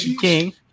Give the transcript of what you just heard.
King